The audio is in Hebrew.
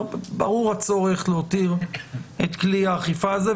ברור הצורך להותיר את כלי האכיפה הזה,